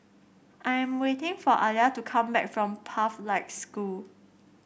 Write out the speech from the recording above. I am waiting for Alia to come back from Pathlight School